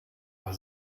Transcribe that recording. was